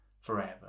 forever